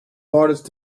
hardest